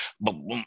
boom